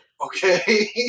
Okay